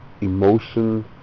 emotion